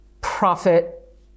profit